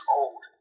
old